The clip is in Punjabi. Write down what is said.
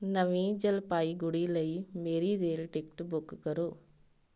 ਨਵੀਂ ਜਲਪਾਈਗੁੜੀ ਲਈ ਮੇਰੀ ਰੇਲ ਟਿਕਟ ਬੁੱਕ ਕਰੋ